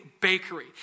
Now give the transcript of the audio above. bakery